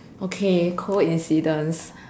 okay coincidence